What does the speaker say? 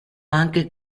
anche